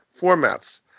formats